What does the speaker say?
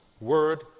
word